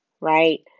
right